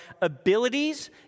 abilities